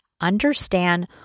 Understand